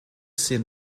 seen